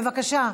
בבקשה.